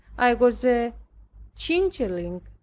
i was a changeling,